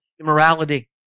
immorality